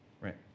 Right